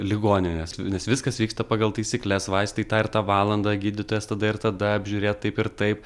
ligoninės nes viskas vyksta pagal taisykles vaistai tą ir tą valandą gydytojas tada ir tada apžiūrėt taip ir taip